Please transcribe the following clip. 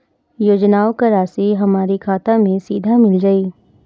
योजनाओं का राशि हमारी खाता मे सीधा मिल जाई?